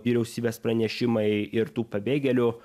vyriausybės pranešimai ir tų pabėgėlių